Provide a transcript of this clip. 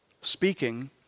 speaking